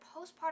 postpartum